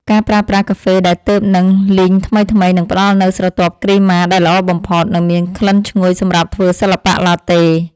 ការប្រើប្រាស់កាហ្វេដែលទើបនឹងលីងថ្មីៗនឹងផ្តល់នូវស្រទាប់គ្រីម៉ាដែលល្អបំផុត និងមានក្លិនឈ្ងុយសម្រាប់ធ្វើសិល្បៈឡាតេ។